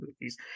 movies